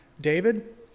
David